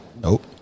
Nope